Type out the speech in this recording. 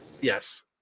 Yes